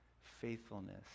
faithfulness